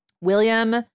William